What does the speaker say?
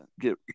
get